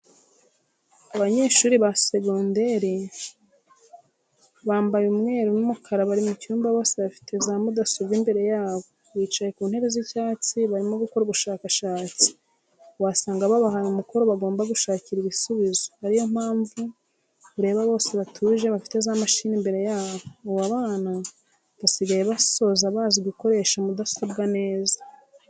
Abanyeshuri ba segonderi bamabaye umweru n'umukara bari mu cyumba bose bafite za mudasobwa imbere yabo. Bicaye ku ntebe z'icyatsi, barimo gukora ubushakashatsi, wasanga babahaye umukoro bagomba gushakira igisubizo, ariyo mpamvu ureba bose batuje bafite za mashini imbere yabo. Ubu abana basigaye basoza bazi gukoresha mudasobwa neza.